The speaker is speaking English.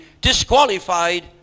disqualified